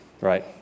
right